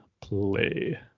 play